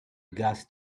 gas